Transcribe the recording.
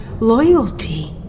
loyalty